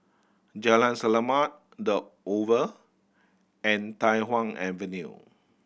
Jalan Selamat The Oval and Tai Hwan Avenue